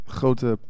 grote